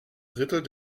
drittel